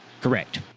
Correct